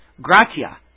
gratia